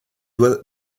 doit